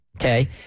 okay